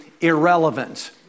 irrelevant